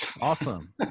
Awesome